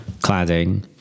cladding